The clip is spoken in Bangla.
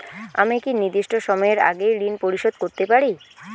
আমি কি নির্দিষ্ট সময়ের আগেই ঋন পরিশোধ করতে পারি?